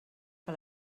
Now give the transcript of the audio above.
que